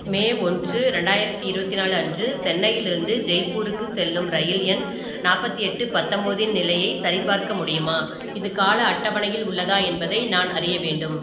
மே ஒன்று ரெண்டாயிரத்தி இருபத்தி நாலு அன்று சென்னையிலிருந்து ஜெய்ப்பூருக்குச் செல்லும் இரயில் எண் நாற்பத்தி எட்டு பத்தொம்போது இன் நிலையைச் சரிபார்க்க முடியுமா இது கால அட்டவணையில் உள்ளதா என்பதை நான் அறிய வேண்டும்